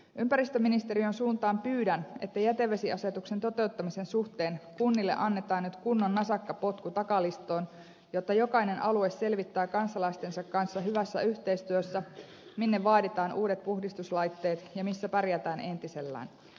ympäristöministeriön suuntaan pyydän että jätevesiasetuksen toteuttamisen suhteen kunnille annetaan nyt kunnon nasakka potku takalistoon jotta jokainen alue selvittää kansalaistensa kanssa hyvässä yhteistyössä minne vaaditaan uudet puhdistuslaitteet ja missä pärjätään entisellään